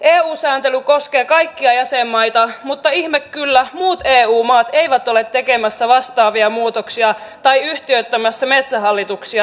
eu sääntely koskee kaikkia jäsenmaita mutta ihme kyllä muut eu maat eivät ole tekemässä vastaavia muutoksia tai yhtiöittämässä metsähallituksiaan